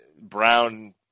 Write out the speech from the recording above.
Brown